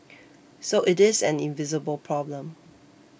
so it is an invisible problem